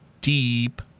Deep